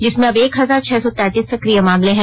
जिसमें अब एक हजार छह सौ तैंतीस सक्रिय मामले हैं